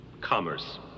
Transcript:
Commerce